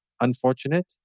unfortunate